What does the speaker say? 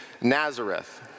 Nazareth